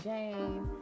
Jane